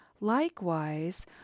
Likewise